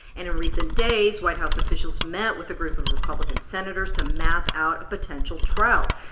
and in recent days, white house officials met with a group of republican senators to map out a potential trial.